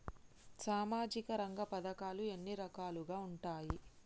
సామాజిక రంగ పథకాలు ఎన్ని రకాలుగా ఉంటాయి?